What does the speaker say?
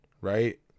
right